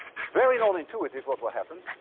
it's very nonintuitive what will happen.